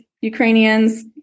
Ukrainians